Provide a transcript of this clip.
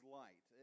light